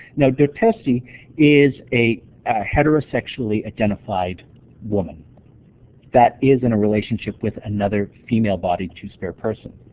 now dahtetse is a heterosexually identified woman that is in a relationship with another female-bodied two-spirit person.